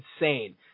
insane